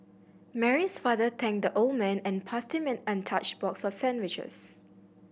Mary's father thanked the old man and passed him an untouched box for sandwiches